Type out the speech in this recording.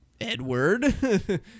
Edward